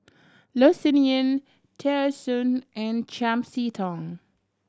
Loh Sin Yun Tear Soon and Chiam See Tong